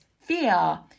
fear